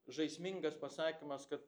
žaismingas pasakymas kad